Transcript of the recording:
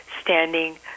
standing